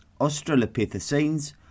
Australopithecines